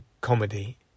comedy